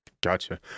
gotcha